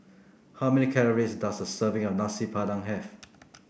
how many calories does a serving of Nasi Padang have